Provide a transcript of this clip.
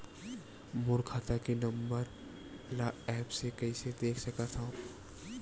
मोर खाता के नंबर ल एप्प से कइसे देख सकत हव?